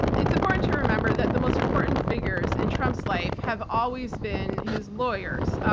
it's important to remember that the most important figures in trump's life have always been his lawyers,